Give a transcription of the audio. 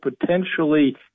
potentially